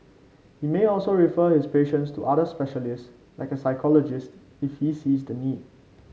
he may also refer his patients to other specialists like a psychologist if he sees the need